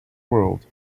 world